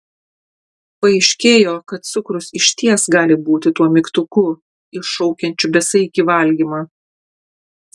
paaiškėjo kad cukrus išties gali būti tuo mygtuku iššaukiančiu besaikį valgymą